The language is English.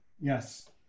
yes